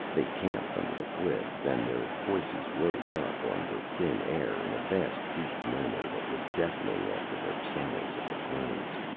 they camped under the cliffs, and their voices rose up on the thin air in a vast deep murmur that was deafening after the silence of the plains.